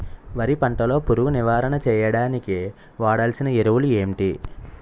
వరి పంట లో పురుగు నివారణ చేయడానికి వాడాల్సిన ఎరువులు ఏంటి?